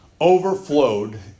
overflowed